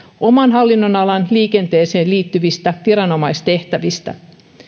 oman hallinnonalan liikenteeseen liittyvistä viranomaistehtävistä